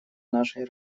нашей